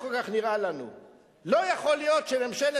שמצד